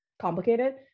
complicated